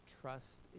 trust